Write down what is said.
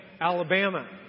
Alabama